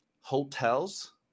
hotels